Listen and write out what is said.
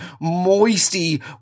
moisty